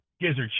gizzard